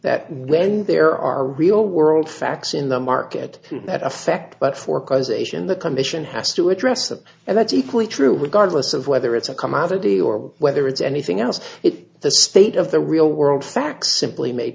that when there are real world facts in the market to that effect but for causation the commission has to address that and that's equally true regardless of whether it's a commodity or whether it's anything else if the state of the real world facts simply ma